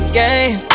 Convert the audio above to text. game